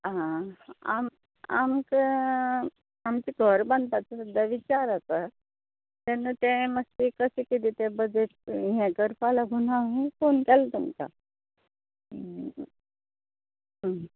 आं आम आमकां आमचें घर बांदपाचो सद्या विचार आसा तेन्ना तें मात्शें कशें किदें तें बजट हें करपा लागून न्हू आमी फोन केल्लो तुमकां